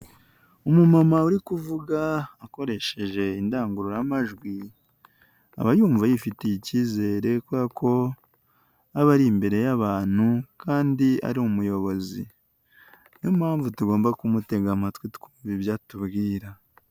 Umumama uri kuvuga akoresheje indangururamajwi aba yumva yifitiye icyizere kubera ko aba ari imbere y'abantu, kandi ari umuyobozi, niyompamvu tugomba kumutega amatwi tukumva ibyo atubwira.